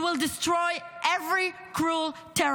We will destroy every cruel terrorist.